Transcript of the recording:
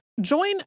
Join